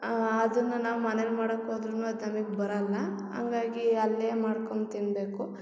ಅದನ್ನ ನಾವು ಮನೇಲಿ ಮಾಡಕ್ಕೆ ಹೋದ್ರುನು ಅದು ನಮಗೆ ಬರಲ್ಲ ಹಂಗಾಗಿ ಅಲ್ಲೇ ಮಾಡ್ಕೊಂದು ತಿನ್ನಬೇಕು